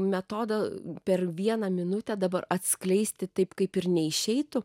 metodą per vieną minutę dabar atskleisti taip kaip ir neišeitų